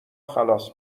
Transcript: خلاص